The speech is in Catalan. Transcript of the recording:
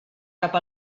cap